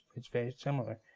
it's very similar.